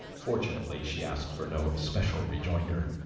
fortunately she asked for no especial rejoinder,